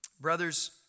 Brothers